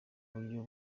buryo